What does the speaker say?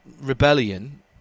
rebellion